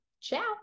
Ciao